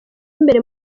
imbere